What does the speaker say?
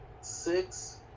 six